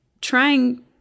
trying